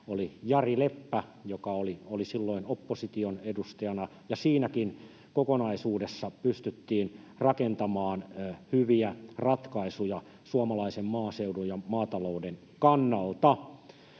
oli Jari Leppä, joka oli silloin opposition edustajana, ja siinäkin kokonaisuudessa pystyttiin rakentamaan hyviä ratkaisuja suomalaisen maaseudun ja maatalouden kannalta.